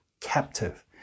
captive